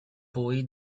poi